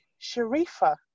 Sharifa